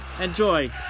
Enjoy